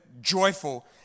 joyful